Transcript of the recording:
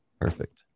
Perfect